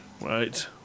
right